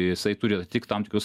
jisai turi atitikt tam tikrus